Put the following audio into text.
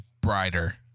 brighter